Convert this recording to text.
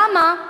למה?